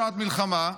בשעת מלחמה,